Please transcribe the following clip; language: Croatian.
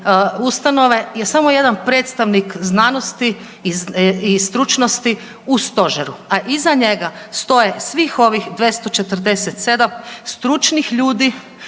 ustanove je samo jedan predstavnik znanosti i stručnosti u stožeru, a iza njega stoje svih ovih 247 stručnih ljudi